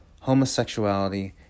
homosexuality